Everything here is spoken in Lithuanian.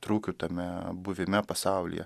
trūkių tame buvime pasaulyje